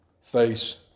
face